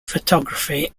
photography